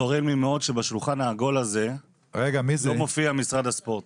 צורם לי מאוד שבשולחן העגול הזה לא מופיע משרד הספורט.